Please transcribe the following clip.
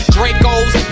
Dracos